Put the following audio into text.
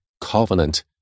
covenant